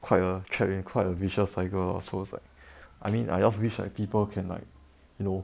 quite a quite a vicious cycle ah so it's like I mean I just wish like people can like you know